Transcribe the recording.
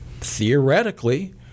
theoretically